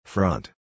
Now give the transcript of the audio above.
Front